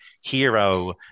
hero